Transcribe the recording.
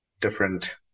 different